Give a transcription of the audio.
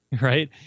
right